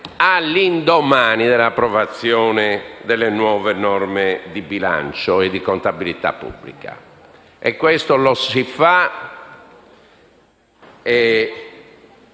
all'indomani dell'approvazione delle nuove norme di bilancio e di contabilità pubblica. E questo lo si fa